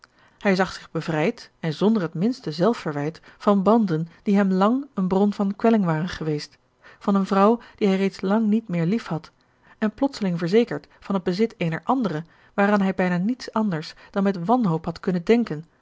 hij zag zich bevrijd en zonder het minste zelfverwijt van banden die hem lang een bron van kwelling waren geweest van eene vrouw die hij reeds lang niet meer liefhad en plotseling verzekerd van het bezit eener andere waaraan hij bijna niet anders dan met wanhoop had kunnen denken